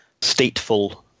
stateful